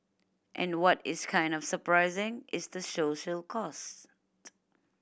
and what is kind of surprising is the social cost